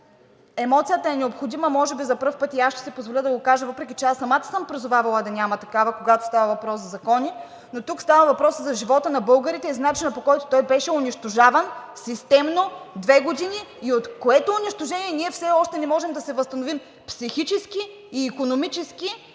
емоцията е необходима – може би за първи път и аз ще си позволя да го кажа, въпреки че аз самата съм призовавала да няма такава, когато става въпрос за закони, но тук става въпрос за живота на българите и за начина, по който той беше унищожаван системно две години, от което унищожение ние все още не можем да се възстановим психически и икономически,